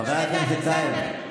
חבר הכנסת טייב.